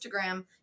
Instagram